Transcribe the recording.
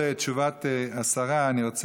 תשיב על ההצעה השרה סופה לנדבר, שרת הקליטה.